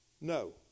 No